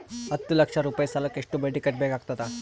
ಹತ್ತ ಲಕ್ಷ ರೂಪಾಯಿ ಸಾಲಕ್ಕ ಎಷ್ಟ ಬಡ್ಡಿ ಕಟ್ಟಬೇಕಾಗತದ?